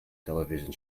television